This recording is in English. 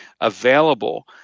available